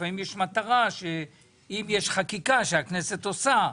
לפעמים יש מטרה שאם יש חקיקה שהכנסת עושה,